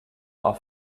are